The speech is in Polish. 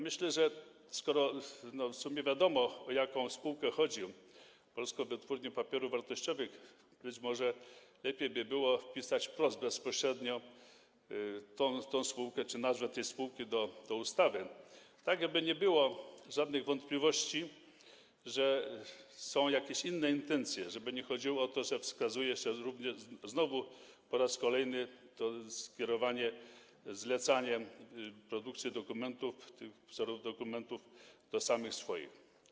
Myślę, że skoro w sumie wiadomo, o jaką spółkę chodzi, o Polską Wytwórnię Papierów Wartościowych, być może lepiej by było wpisać wprost, bezpośrednio tę spółkę czy nazwę tej spółki do ustawy, tak aby nie było żadnych wątpliwości, przypuszczam, że są jakieś inne intencje, żeby nie chodziło o to, że wskazuje się po raz kolejny to skierowanie, zlecanie produkcji dokumentów, tych wzorów dokumentów do samych swoich.